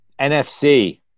NFC